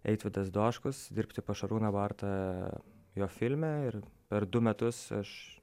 eitvydas dočkus dirbti pas šarūną bartą jo filme ir per du metus aš